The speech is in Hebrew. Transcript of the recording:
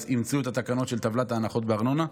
אימצו את התקנות של טבלת ההנחות בארנונה,